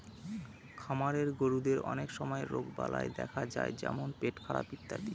খামারের গরুদের অনেক সময় রোগবালাই দেখা যায় যেমন পেটখারাপ ইত্যাদি